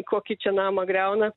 kokį čia namą griauna